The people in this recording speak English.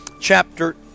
chapter